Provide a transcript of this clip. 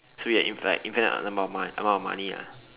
so you have infinite like infinite amount of mo~ amount of money lah